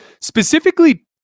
specifically